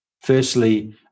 firstly